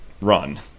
run